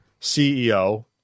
CEO